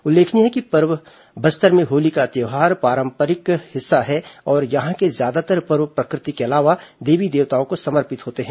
उल्लेखनीय है कि बस्तर में होली का त्योहार धार्मिक परंपराओं का हिस्सा है और यहां के ज्यादातर पर्व प्रकृति के अलावा देवी देवताओं को समर्पित होते हैं